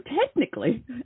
technically